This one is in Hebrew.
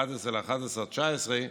11 בנובמבר 2019,